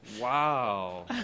Wow